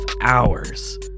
hours